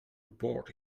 report